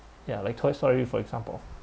ya like toy story for example